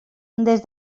des